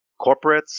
corporates